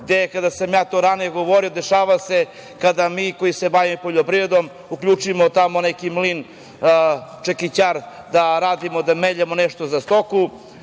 Kada sam ja to ranije govorio dešava se kada mi koji se bavimo poljoprivredom uključimo tamo neki mlin čekićar da radimo, da meljemo nešto za stoku